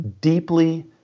deeply